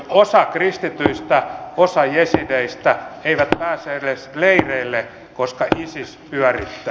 osa kristityistä osa jesideistä ei pääse edes leireille koska isis pyörittää